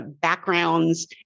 backgrounds